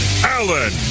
Allen